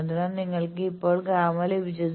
അതിനാൽ നിങ്ങൾക്ക് ഇപ്പോൾ ഗാമ ലഭിച്ചു